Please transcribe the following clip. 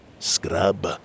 Scrub